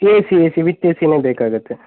ಏ C A C with A ಸಿಯೇ ಬೇಕಾಗುತ್ತೆ